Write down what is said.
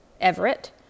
Everett